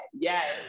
yes